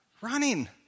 Running